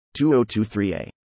2023a